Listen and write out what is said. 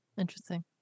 Interesting